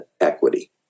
equity